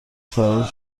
فرار